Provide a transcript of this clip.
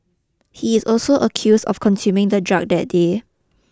he is also accused of consuming the drug that day